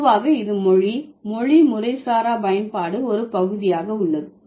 பொதுவாக இது மொழி மொழி முறைசாரா பயன்பாடு ஒரு பகுதியாக உள்ளது